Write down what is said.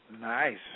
Nice